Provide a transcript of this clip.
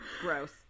gross